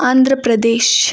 Andhra Pradesh